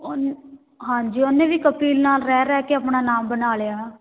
ਉਨ ਹਾਂਜੀ ਉਹਨੇ ਵੀ ਕਪਿਲ ਨਾਲ ਰਹਿ ਰਹਿ ਕੇ ਆਪਣਾ ਨਾਮ ਬਣਾ ਲਿਆ